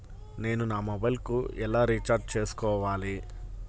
నేను నా మొబైల్కు ఎలా రీఛార్జ్ చేసుకోవాలి?